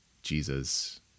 Jesus